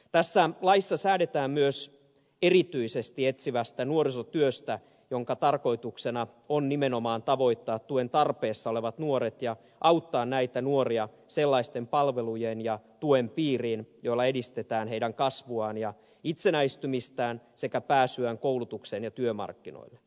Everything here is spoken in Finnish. tässä laissa säädetään myös erityisesti etsivästä nuorisotyöstä jonka tarkoituksena on nimenomaan tavoittaa tuen tarpeessa olevat nuoret ja auttaa näitä nuoria sellaisten palvelujen ja tuen piiriin joilla edistetään heidän kasvuaan ja itsenäistymistään sekä pääsyään koulutukseen ja työmarkkinoille